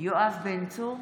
יואב בן צור,